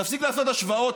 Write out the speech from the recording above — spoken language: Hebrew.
תפסיק לעשות השוואות.